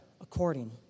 according